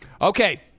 Okay